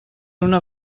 una